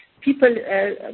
people